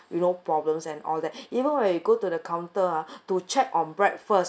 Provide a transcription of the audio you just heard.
you know problems and all that even when we go to the counter ah to check on breakfast